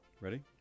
Ready